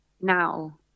now